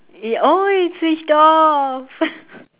oh it switched off